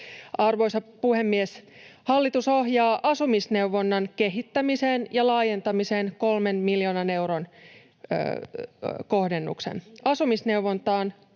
Arvoisa puhemies! Hallitus ohjaa asumisneuvonnan kehittämiseen ja laajentamiseen 3 miljoonan euron kohdennuksen. Asumisneuvontaa